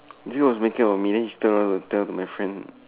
this girl was making out with me then she turn around to tell to my friend